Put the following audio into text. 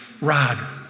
rod